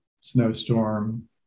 snowstorm